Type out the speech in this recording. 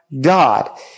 God